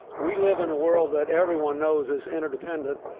we live in a world that everyone knows is interdependent,